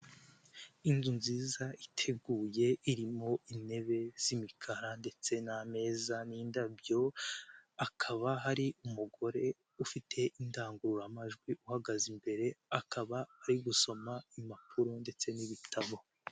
inzu nziza iteguye irimo intebe z'imikara ndetse n'ameza n'indabyo, hakaba hari umugore ufite indangururamajwi uhagaze imbere akaba ari gusoma impapuro ndetse n'ibitabo.